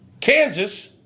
Kansas